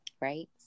right